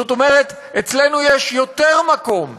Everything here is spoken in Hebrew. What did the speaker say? זאת אומרת שאצלנו יש יותר מקום,